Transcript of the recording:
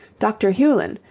dr. hulin,